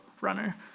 runner